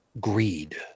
greed